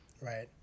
right